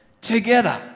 together